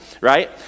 right